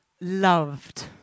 loved